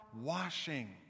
washing